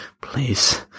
Please